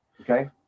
Okay